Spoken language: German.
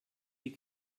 die